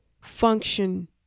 function